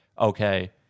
okay